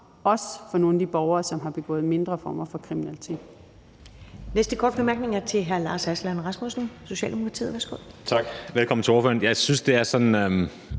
også for nogle af de borgere, som har begået mindre former for kriminalitet.